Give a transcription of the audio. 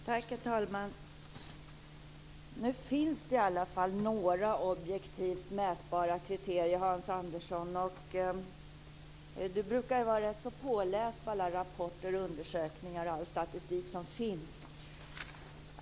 Herr talman! Det finns i alla fall några objektivt mätbara kriterier. Hans Anderson brukar vara rätt så påläst på alla rapporter och undersökningar och på all statistik som finns.